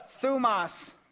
Thumas